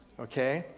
okay